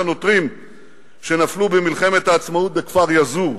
הנוטרים שנפלו במלחמת העצמאות בכפר-יאזור,